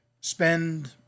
spend